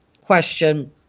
question